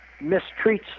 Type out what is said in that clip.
mistreats